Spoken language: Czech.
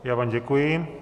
Já vám děkuji.